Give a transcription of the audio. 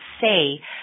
say